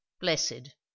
blessed